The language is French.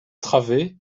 travée